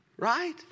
Right